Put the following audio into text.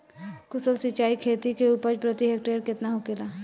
कुशल सिंचाई खेती से उपज प्रति हेक्टेयर केतना होखेला?